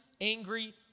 angry